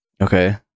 okay